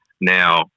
Now